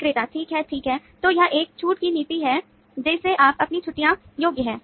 विक्रेता ठीक है ठीक है तो यह एक छूट की नीति है जिसे आप अपने छुट्टियां योग्य हैं